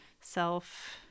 self